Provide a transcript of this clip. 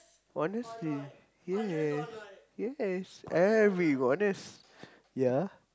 honestly yea yes I'm being honest ya